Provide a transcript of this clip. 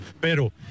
pero